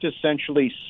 essentially